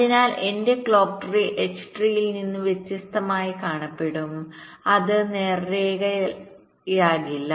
അതിനാൽ എന്റെ clock tree H ട്രീയിൽ നിന്ന് വ്യത്യസ്തമായി കാണപ്പെടും അത് നേർരേഖയിലാകില്ല